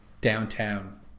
downtown